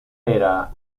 era